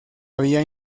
había